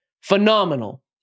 Phenomenal